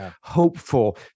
hopeful